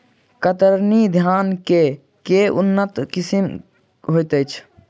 कतरनी धान केँ के उन्नत किसिम होइ छैय?